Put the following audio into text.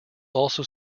also